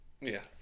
Yes